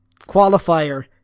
Qualifier